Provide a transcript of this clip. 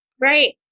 right